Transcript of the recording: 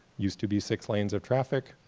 used to be six lanes of traffic,